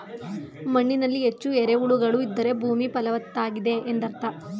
ಮಣ್ಣಿನಲ್ಲಿ ಹೆಚ್ಚು ಎರೆಹುಳುಗಳು ಇದ್ದರೆ ಭೂಮಿ ಫಲವತ್ತಾಗಿದೆ ಎಂದರ್ಥ